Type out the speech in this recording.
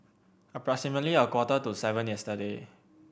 approximately a quarter to seven yesterday